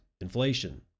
Inflation